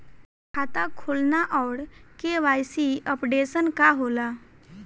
खाता खोलना और के.वाइ.सी अपडेशन का होला?